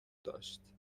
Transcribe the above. داشت